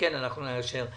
אנחנו נאשר.